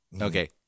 Okay